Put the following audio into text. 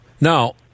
Now